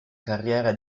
carriera